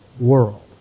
world